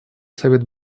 совет